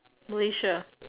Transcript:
Malaysia